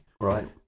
Right